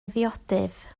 ddiodydd